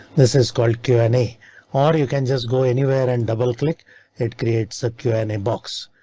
this is called q and a. or you can just go anywhere and double click it, create secure in a box.